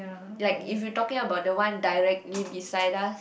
like if you talking about the one directly beside us